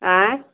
आईं